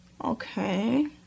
Okay